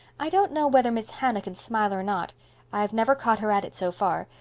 i don't know whether miss hannah can smile or not i've never caught her at it so far,